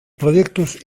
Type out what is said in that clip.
proyectos